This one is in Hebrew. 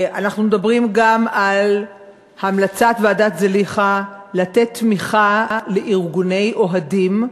אנחנו מדברים גם על המלצת ועדת זליכה לתת תמיכה לארגוני אוהדים,